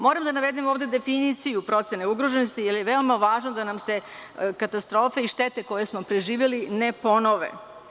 Moram da navedem ovde definiciju procene ugroženosti jer je veoma važno da nam se katastrofe i štete koje smo preživeli ne ponove.